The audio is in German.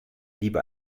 lieber